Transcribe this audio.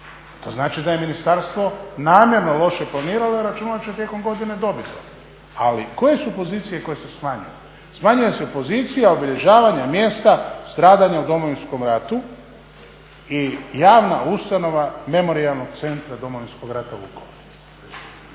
To znači da je ministarstvo namjerno loše planirano jer je računalo da će tijekom godine dobit to. Ali koje su pozicije koje su smanjene? Smanjuje se pozicija obilježavanja mjesta stradanja u Domovinskom ratu i javna ustanova Memorijalnog centra Domovinskog rata u